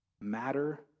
Matter